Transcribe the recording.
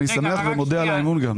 אני שמח ומודה גם על האמון.